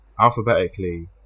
alphabetically